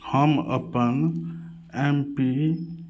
हम अपन एम पी